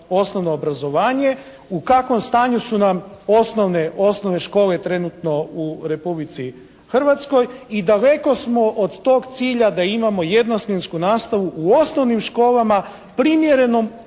osnovno obrazovanje, u kakvom stanju su nam osnovne škole trenutno u Republici Hrvatskoj i daleko smo od tog cilja da imamo jedno smjensku nastavu u osnovnim školama primjerenu